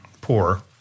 poor